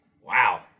Wow